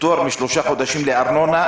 פטור של שלושה חודשים מתשלום ארנונה,